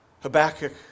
Habakkuk